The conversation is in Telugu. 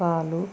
పాలు